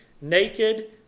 naked